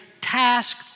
task